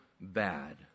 bad